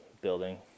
building